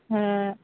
हं